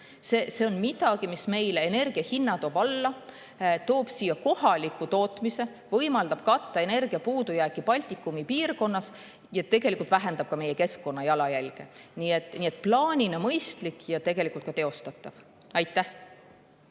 See on midagi, mis toob energia hinna alla, toob siia kohaliku tootmise, võimaldab katta energiapuudujääki Baltikumi piirkonnas ja tegelikult vähendab ka meie keskkonnajalajälge. Nii et plaanina on see mõistlik ja tegelikult ka teostatav. Merry